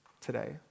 today